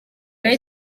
naho